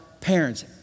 parents